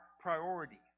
priority